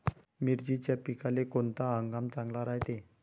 मिर्चीच्या पिकाले कोनता हंगाम चांगला रायते?